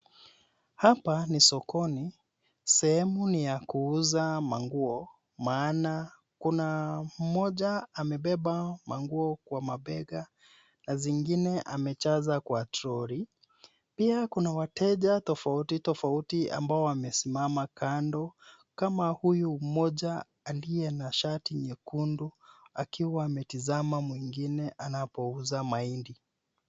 Hapa ni sokoni. Sehemu ni ya kuuza manguo maana kuna mmoja amebeba manguo kwa mabega na zingine amejaza kwa troli pia kuna wateja tofauti tofauti ambao wamesimama kando kama huyu mmoja aliye na shati nyekundu akiwa ametizama mwingine anapouza mahindi.